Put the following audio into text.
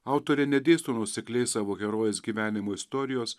autorė nedėsto nuosekliai savo herojės gyvenimo istorijos